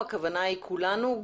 הכוונה היא כולנו,